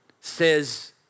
says